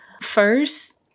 First